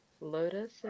Lotus